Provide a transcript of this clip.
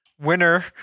winner